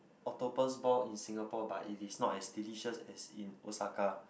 octopus ball in Singapore but it is not as delicious as in Osaka